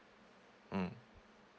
mm